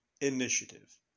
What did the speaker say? initiative